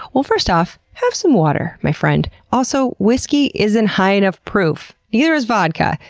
well, first off, have some water, my friend. also, whiskey isn't high enough proof. neither is vodka!